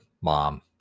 Mom